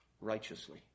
righteously